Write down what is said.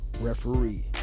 referee